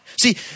See